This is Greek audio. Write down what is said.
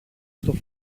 στο